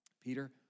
Peter